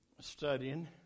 studying